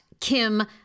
Kim